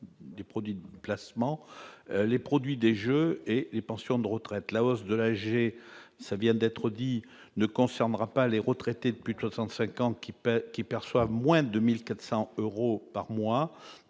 des produits de placement, les produits des jeux et des pensions de retraites : la hausse de la jet, ça vient d'être dit, ne concernera pas les retraités plutôt 35 ans qui paie, qui perçoivent moins de 1400 euros par mois,